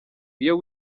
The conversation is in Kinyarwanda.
iyo